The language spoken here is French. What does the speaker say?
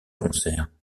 concerts